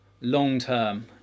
long-term